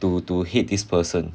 to to to hate this person